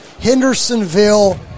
Hendersonville